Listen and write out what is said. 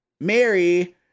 Mary